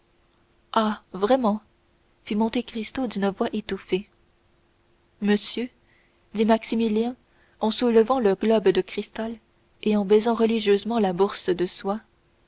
ah vraiment fit monte cristo d'une voix étouffée monsieur dit maximilien en soulevant le globe de cristal et en baisant religieusement la bourse de soie